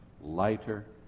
lighter